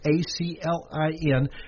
A-C-L-I-N